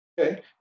Okay